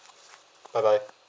bye bye